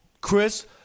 Chris